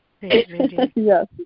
Yes